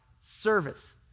service